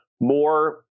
more